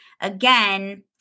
Again